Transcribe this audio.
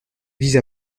vise